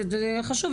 זה חשוב.